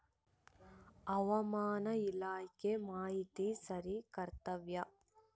ಹವಾಮಾನ ಇಲಾಖೆ ಮಾಹಿತಿ ಸರಿ ಇರ್ತವ?